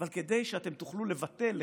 אבל כדי שאתם תוכלו לבטל לחלק,